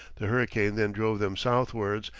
the hurricane then drove them southwards,